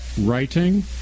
writing